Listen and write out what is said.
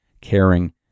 caring